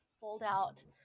fold-out